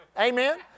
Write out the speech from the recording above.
Amen